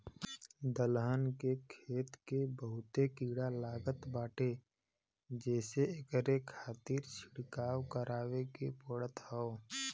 दलहन के खेत के बहुते कीड़ा लागत बाटे जेसे एकरे खातिर छिड़काव करवाए के पड़त हौ